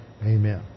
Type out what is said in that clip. amen